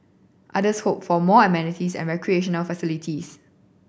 others hoped for more amenities and recreational facilities